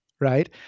right